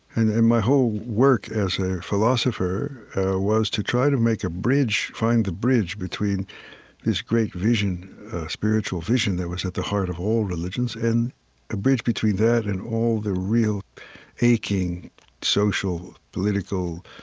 and and my whole work as a philosopher was to try to make a bridge, find the bridge between this great vision spiritual vision that was at the heart of all religions, and a bridge between that and all the real aching social, political,